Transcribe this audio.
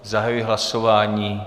Zahajuji hlasování.